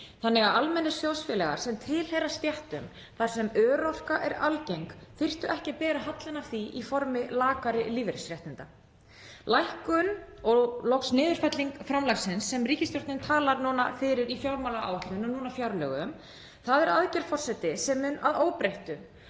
þannig að almennir sjóðfélagar sem tilheyra stéttum þar sem örorka er algeng þyrftu ekki að bera hallann af því í formi lakari lífeyrisréttinda. Lækkun og loks niðurfelling framlagsins, sem ríkisstjórnin talar nú fyrir í fjármálaáætlun og fjárlögum, er aðgerð sem mun að óbreyttu